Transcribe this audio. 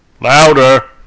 Louder